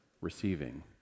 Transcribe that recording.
receiving